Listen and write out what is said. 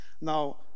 Now